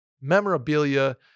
memorabilia